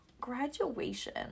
graduation